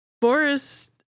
Boris